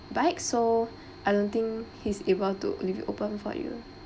bike so I don't think he's able to leave it open for you